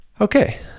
Okay